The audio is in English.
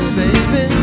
baby